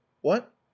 What